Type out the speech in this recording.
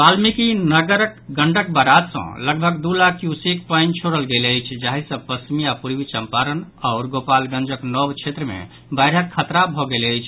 वाल्मीकिनगरक Gandak barrage सँ लगभग दू लाख क्यूसेक पानि छोड़ल गेल अछि जाहि सँ पश्चिमी आ पूर्वी चम्पारण आओर गोपालगंजक नव क्षेत्र मे बाढ़िक खतरा भऽ गेल अछि